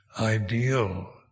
ideal